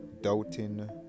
doubting